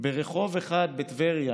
ברחוב אחד בטבריה